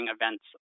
events